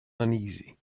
uneasy